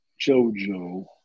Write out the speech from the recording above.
Jojo